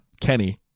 kenny